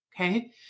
okay